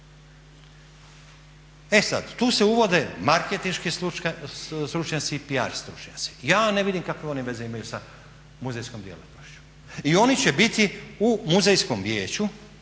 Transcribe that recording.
E sad tu se uvode marketinški stručnjaci i PR stručnjaci. Ja ne vidim kakve oni imaju veze sa muzejskom djelatnošću. I oni će biti u muzejskom vijeću